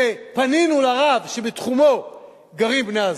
כשפנינו לרב שבתחומו גרים בני-הזוג,